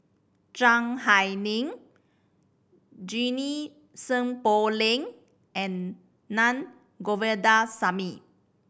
Zhiang Hai Ling Junie Sng Poh Leng and Naa Govindasamy